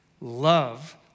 Love